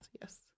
yes